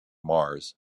mars